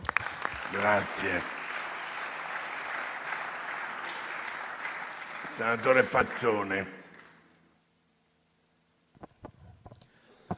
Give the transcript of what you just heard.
grazie.